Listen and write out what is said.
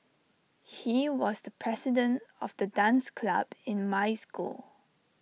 he was the president of the dance club in my school